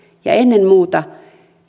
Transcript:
ja ennen muuta